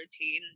routine